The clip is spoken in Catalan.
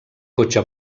cotxe